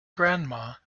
grandma